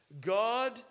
God